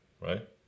right